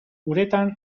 uretan